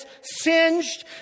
singed